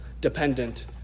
dependent